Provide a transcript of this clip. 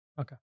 Okay